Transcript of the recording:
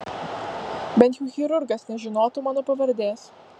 bent jau chirurgas nežinotų mano pavardės